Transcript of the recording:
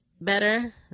better